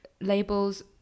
labels